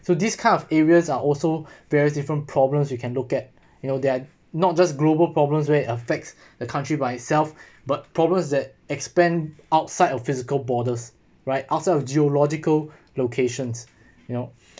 so this kind of areas are also various different problems you can look at you know that not just global problems where affects the country by itself but problems that expand outside of physical borders right outside of geological locations you know